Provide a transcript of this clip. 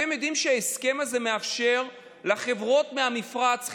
אתם יודעים שההסכם הזה מאפשר לחברות מהמפרץ,